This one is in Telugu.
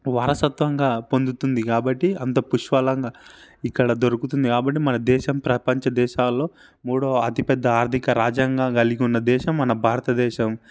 వారసత్వంగా పొందుతుంది కాబట్టి అంత పుష్కలంగా ఇక్కడ దొరుకుతుంది కాబట్టి మన దేశం ప్రపంచ దేశాల్లో మూడో అతిపెద్ద ఆర్థిక రాజ్యాంగం కలిగి ఉన్న దేశం మన భారతదేశం